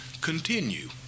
continue